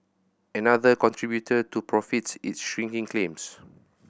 another contributor to profits is shrinking claims